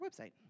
website